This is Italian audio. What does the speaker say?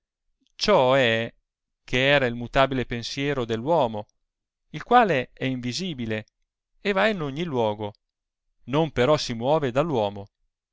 è che era il mutabile pensiero dell uomo il quale è invisibile e va in ogni luogo non però si muove